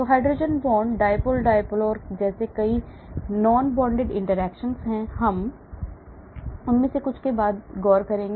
hydrogen bond dipole dipole और जैसे कई non bonded interactions हैं हम उनमें से कुछ पर बाद में गौर करेंगे